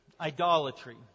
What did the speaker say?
idolatry